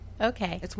Okay